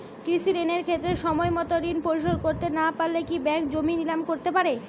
কৃষিঋণের ক্ষেত্রে সময়মত ঋণ পরিশোধ করতে না পারলে কি ব্যাঙ্ক জমি নিলাম করতে পারে?